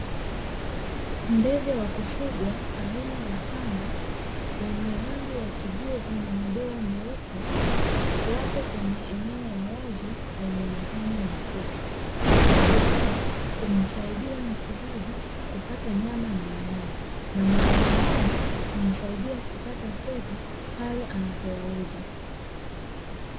Ndege wa kufugwa aina ya kanga, wenye rangi ya kijivu na madoa meupe, wapo kwenye eneo la wazi lenye majani mafupi. Ndege hawa humsaidia mfugaji kupata nyama na mayai na muda mwingine humsaidia kupata fedha pale anapowauza.